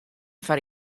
foar